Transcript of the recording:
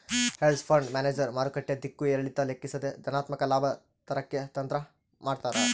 hedge fund manager ಮಾರುಕಟ್ಟೆ ದಿಕ್ಕು ಏರಿಳಿತ ಲೆಕ್ಕಿಸದೆ ಧನಾತ್ಮಕ ಲಾಭ ತರಕ್ಕೆ ತಂತ್ರ ಮಾಡ್ತಾರ